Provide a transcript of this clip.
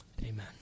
Amen